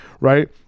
right